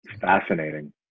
Fascinating